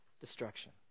destruction